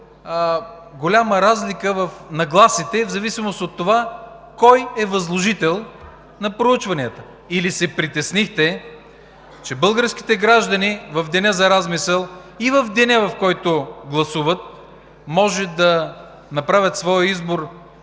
голяма разлика в нагласите и в зависимост от това кой е възложител на проучванията или се притеснихте, че българските граждани в деня за размисъл, и в деня, в който гласуват, може да направят своя избор,